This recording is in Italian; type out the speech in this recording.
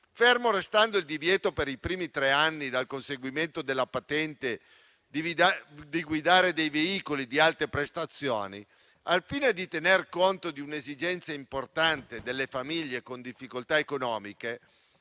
fermo restando il divieto per i primi tre anni dal conseguimento della patente di guidare veicoli ad alte prestazioni, al fine di tener conto di un'esigenza importante delle famiglie con difficoltà economiche,